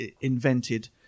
invented